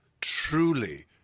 truly